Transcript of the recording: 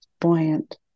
buoyant